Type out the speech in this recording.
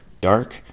dark